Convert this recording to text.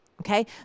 Okay